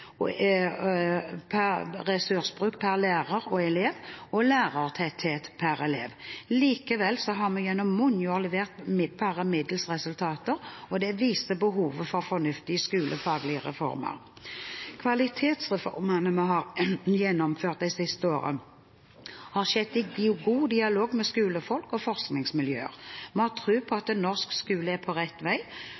ressursbruk per lærer og elev og lærertetthet per elev Likevel har vi gjennom mange år levert bare middels resultater. Det viser behovet for fornuftige, skolefaglige reformer. Kvalitetsreformene vi har gjennomført de siste årene, har skjedd i god dialog med skolefolk og forskningsmiljøer. Vi har tro på at